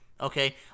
Okay